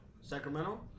Sacramento